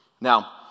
Now